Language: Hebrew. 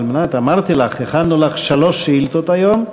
אמרתי לך, הכנו לך שלוש שאילתות היום.